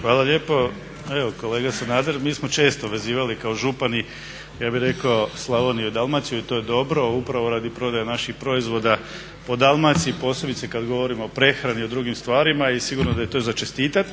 Hvala lijepo. Evo kolega Sanader, mi smo često vezivali kao župani Slavoniju i Dalmaciju i to je dobro, upravo radi prodaje naših proizvoda po Dalmaciji, posebice kada govorim o prehrani i o drugim stvarima i sigurno je da je to za čestitati.